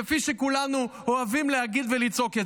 כפי שכולנו אוהבים להגיד ולצעוק.